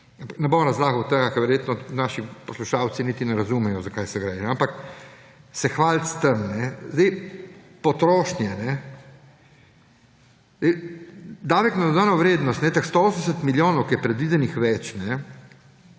Ne bom razlagal tega, ker verjetno naši poslušalci niti ne razumejo, za kaj gre. Ampak hvaliti se s tem! Potrošnja. Davek na dodano vrednost, teh 180 milijonov, ki je predvidenih več,